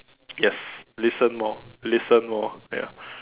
yes listen more listen more ya